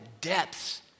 depths